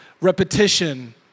repetition